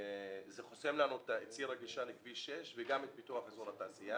זה חוסם בפנינו את ציר הגישה לכביש 6 וגם את פיתוח אזור התעשייה.